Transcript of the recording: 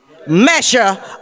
measure